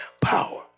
power